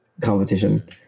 competition